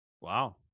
Wow